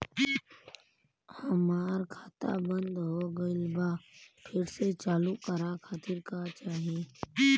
हमार खाता बंद हो गइल बा फिर से चालू करा खातिर का चाही?